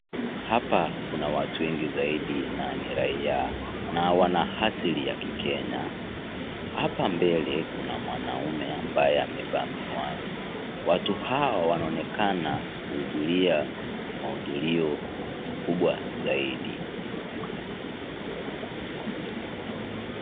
Hapa kuna watu wengi saidi na ni raia, na wana asili ya kikenya, hapa mbele kuna mwanaume ambaye amevaa miwani, watu hawa wanaonekana kuhudhuria maudhurio kubwa zaidi.